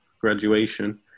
graduation